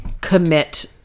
commit